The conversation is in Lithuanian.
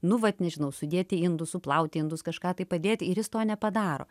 nu vat nežinau sudėti indus suplauti indus kažką tai padėti ir jis to nepadaro